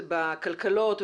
בכלכלות,